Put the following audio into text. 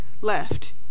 left